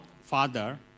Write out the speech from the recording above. Father